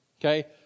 Okay